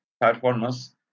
performance